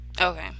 Okay